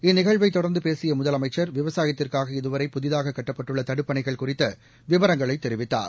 இந்நிகழ்வைதொடர்ந்துபேசியமுதலமைச்சர் விவசாயத்திற்காக இதுவரை புதிதாககட்டப்பட்டுள்ளதடுப்பணைகள் குறித்தவிவரங்களைதெரிவித்தார்